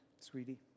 sweetie